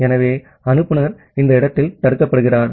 ஆகவே அனுப்புநர் இந்த இடத்தில் தடுக்கப்படுகிறார்